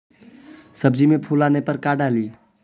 सब्जी मे फूल आने पर का डाली?